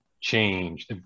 change